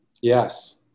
yes